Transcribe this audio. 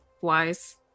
wise